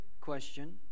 question